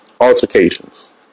altercations